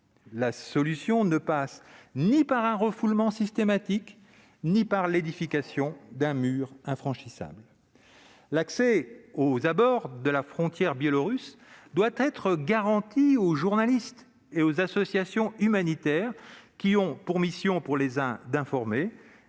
La solution ne passe ni par un refoulement systématique ni par l'édification d'un mur infranchissable. L'accès aux abords de la frontière biélorusse doit être garanti aux journalistes et aux associations humanitaires, qui ont respectivement pour missions d'informer